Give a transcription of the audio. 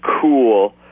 cool